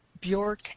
Bjork